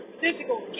physical